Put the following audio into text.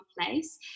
place